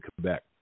Quebec